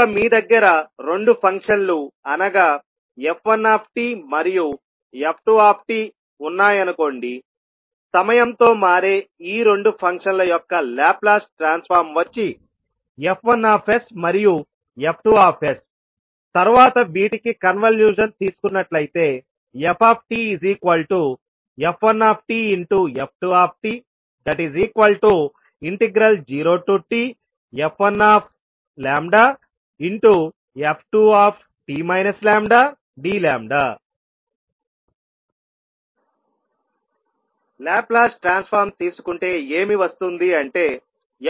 కనుక మీ దగ్గర రెండు ఫంక్షన్ లు అనగా f1 మరియు f2ఉన్నాయనుకోండిసమయంతో మారే ఈ రెండు ఫంక్షన్ ల యొక్క లాప్లాస్ ట్రాన్స్ఫార్మ్ వచ్చి F1 మరియు F2తర్వాత వీటికి కన్వల్యూషన్ తీసుకున్నట్లయితే ftf1tf2t0tf1f2t λdλ6 లాప్లాస్ ట్రాన్స్ఫార్మ్ తీసుకుంటే ఏమి వస్తుంది అంటే